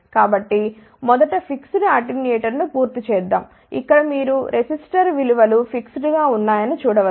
కాబట్టి మొదట fixed అటెన్యూయేటర్ను పూర్తి చేద్దాం ఇక్కడ మీరు రెసిస్టర్ విలువలు ఫిక్స్ డ్ గా ఉన్నాయని చూడ వచ్చు